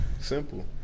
simple